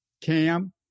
Cam